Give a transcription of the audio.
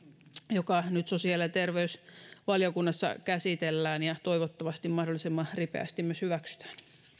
joka nyt sosiaali ja terveysvaliokunnassa käsitellään ja toivottavasti mahdollisimman ripeästi myös hyväksytään